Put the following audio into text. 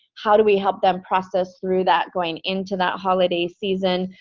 how do we help them process through that going into that holiday season?